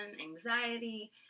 anxiety